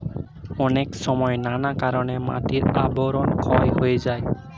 অনেক সময় নানা কারণে মাটির আবরণ ক্ষয় হয়ে যায়